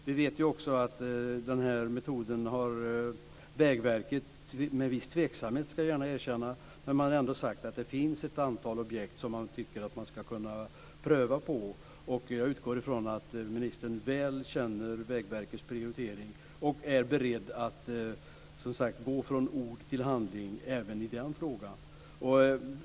Vi vet också att Vägverket sagt om den här metoden - med viss tveksamhet, det ska jag gärna erkänna - att det finns ett antal objekt som man tycker att man ska kunna pröva den på. Jag utgår från att ministern väl känner Vägverkets prioritering och är beredd att gå från ord till handling även i den frågan.